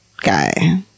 guy